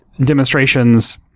demonstrations